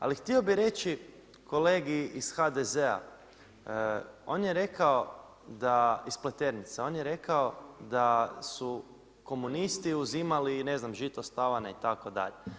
Ali htio bih reći kolegi iz HDZ-a, on je rekao, iz Pleternice, on je rekao da su komunisti uzimali i ne znam žito s tavana itd.